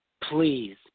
Please